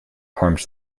harms